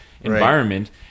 environment